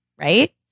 Right